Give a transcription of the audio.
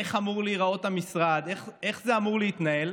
איך אמור להיראות המשרד, איך זה אמור להתנהל.